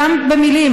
גם במילים,